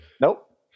Nope